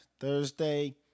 Thursday